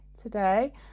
today